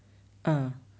ah